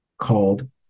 called